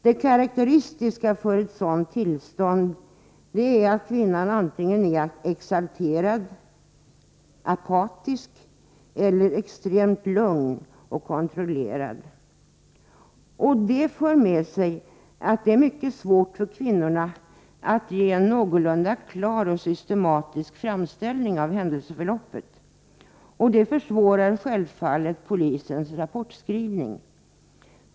Det karakteristiska för ett sådant tillstånd är att man antingen är exalterad, apatisk eller extremt lugn och kontrollerad. Det för med sig att det är mycket svårt för kvinnorna att ge en någorlunda klar och systematisk framställning av händelseförloppet. Detta försvårar självfallet polisens rapportskrivning.